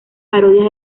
parodias